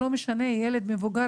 לא משנה אם ילד או מבוגר,